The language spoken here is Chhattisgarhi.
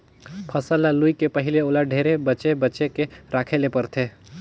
फसल ल लूए के पहिले ओला ढेरे बचे बचे के राखे ले परथे